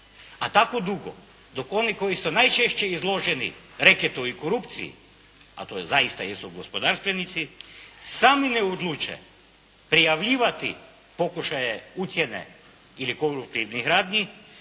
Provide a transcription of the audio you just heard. a tako dugo dok oni koji su najčešće izloženi reketu i korupciji, a to je zaista jer su gospodarstvenici sami ne odluče prijavljivati pokušaje ucjene ili koruptivnih radnji